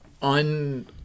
on